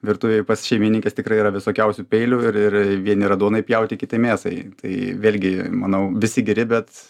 virtuvėje pats šeimininkes tikrai yra visokiausių peilių ir ir vieni yra duonai pjauti kiti mėsai tai vėlgi manau visi geri bet